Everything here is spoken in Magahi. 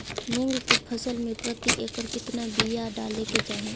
मूंग की फसल में प्रति एकड़ कितना बिया डाले के चाही?